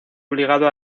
obligado